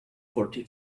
fourty